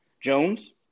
Jones